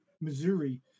Missouri